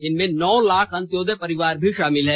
इनमें नौ लाख अंत्योदय परिवार भी शामिल हैं